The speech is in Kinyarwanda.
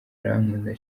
arankunda